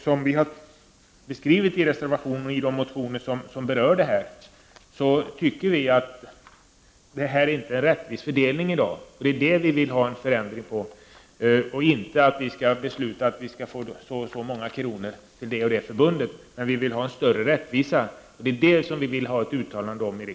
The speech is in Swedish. Som vi framhållit i de motioner och reservationer som berör denna fråga anser vi att fördelningen i dag inte är rättvis. Det är här vi vill ha en ändring. Vi anser inte att riksdagen skall besluta om så och så många kronor till det och det förbundet, men vi vill ha en större rättvisa, och det vill vi att riksdagen skall göra ett uttalande om.